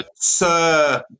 Sir